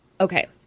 Okay